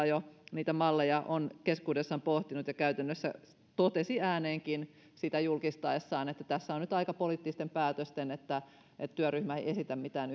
jo niitä malleja on keskuudessaan pohtinut ja käytännössä totesi ääneenkin sitä julkistaessaan että tässä on nyt aika poliittisten päätösten että että työryhmä ei esitä mitään